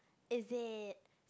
is it